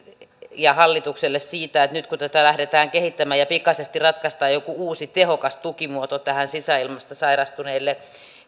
ja hallitukselle siitä että nyt kun tätä lähdetään kehittämään ja pikaisesti ratkaistaan joku uusi tehokas tukimuoto sisäilmasta sairastuneille